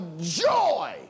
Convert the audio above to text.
joy